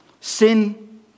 sin